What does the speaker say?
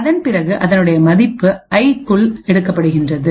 அதன் பிறகு அதனுடைய மதிப்பு ஐ க்குள் எடுக்கப்படுகிறது